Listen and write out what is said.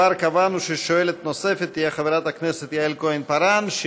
כבר קבענו ששואלת נוספת תהיה חברת הכנסת יעל כהן-פארן,